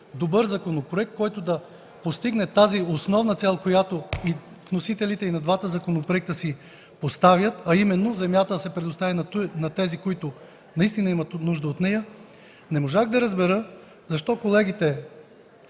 добър законопроект, който да постигне тази основна цел, която вносителите и на двата законопроекта си поставят, а именно земята да се предостави на тези, които наистина имат нужда от нея. Не можах да разбера защо колегите